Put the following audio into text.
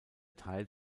teil